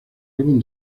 álbum